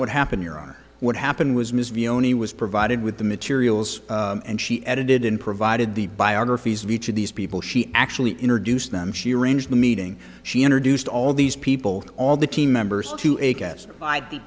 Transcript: what happened here on what happened was ms v only was provided with the materials and she edited and provided the biographies of each of these people she actually introduced them she arranged the meeting she introduced all these people all the team members to a guest